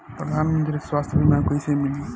प्रधानमंत्री स्वास्थ्य बीमा कइसे मिली?